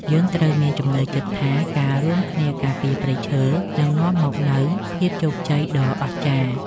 យើងត្រូវមានជំនឿចិត្តថា ការរួមគ្នាការពារព្រៃឈើនឹងនាំមកនូវភាពជោគជ័យដ៏អស្ចារ្យ។